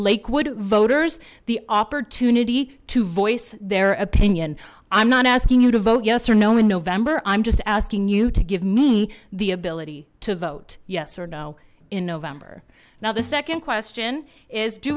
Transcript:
lakewood voters the opportunity to voice their opinion i'm not asking you to vote yes or no in november i'm just asking you to give me the ability to vote yes or no in november now the second question is do